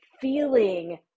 feeling